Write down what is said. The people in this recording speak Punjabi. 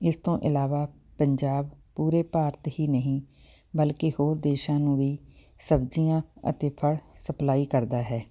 ਇਸ ਤੋਂ ਇਲਾਵਾ ਪੰਜਾਬ ਪੂਰੇ ਭਾਰਤ ਹੀ ਨਹੀਂ ਬਲਕਿ ਹੋਰ ਦੇਸ਼ਾਂ ਨੂੰ ਵੀ ਸਬਜ਼ੀਆਂ ਅਤੇ ਫਲ਼ ਸਪਲਾਈ ਕਰਦਾ ਹੈ